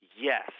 yes